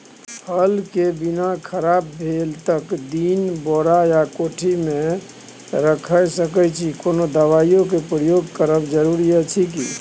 फसल के बीना खराब भेल कतेक दिन बोरा या कोठी मे रयख सकैछी, कोनो दबाईयो के प्रयोग करब जरूरी अछि की?